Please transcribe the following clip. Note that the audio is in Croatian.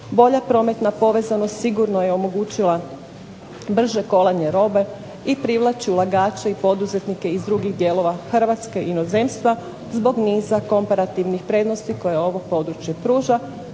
Bolja prometna povezanost sigurno je omogućila brže kolanje robe i privlači ulagače i poduzetnike iz drugih dijelova Hrvatske i inozemstva zbog niza komparativnih prednosti koje ovo područje pruža